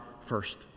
first